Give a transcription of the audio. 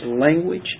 language